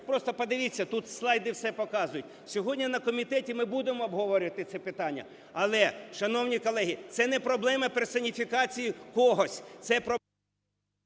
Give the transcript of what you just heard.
Просто подивіться, тут слайди все показують. Сьогодні на комітеті ми будемо обговорювати це питання. Але, шановні колеги, це не проблема персоніфікації когось,